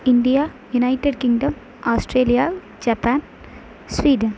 India United Kingdom Australia Japan Sweden